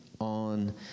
on